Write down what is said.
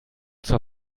zur